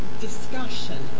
discussion